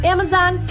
Amazon